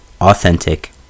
authentic